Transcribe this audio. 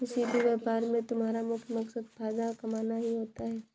किसी भी व्यापार में तुम्हारा मुख्य मकसद फायदा कमाना ही होता है